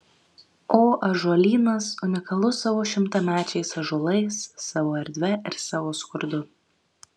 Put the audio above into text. o ąžuolynas unikalus savo šimtamečiais ąžuolais savo erdve ir savo skurdu